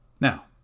Now